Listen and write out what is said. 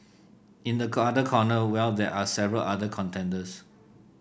in the other corner well there are several other contenders